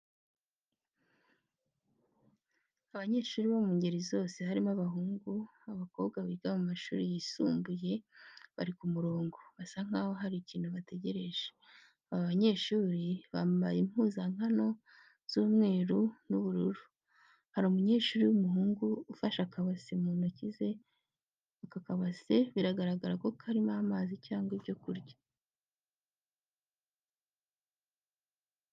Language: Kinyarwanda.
Abanyeshuri bo mu ngeri zose harimo abahungu, abakobwa biga mu ishuri ry'isumbuye, bari ku murongo basa nkaho hari ikintu bategereje. Aba banyeshuri bambaye impuzankano z'umweru n'ubururu, hari umunyeshuri w'umuhungu ufashe akabase mu ntoki ze, aka kabase biragaragara ko karimo amazi cyangwa ibyo kurya.